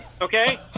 okay